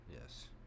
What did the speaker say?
yes